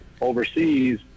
overseas